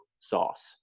sauce